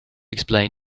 explain